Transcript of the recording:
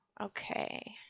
Okay